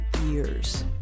years